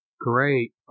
Great